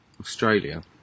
Australia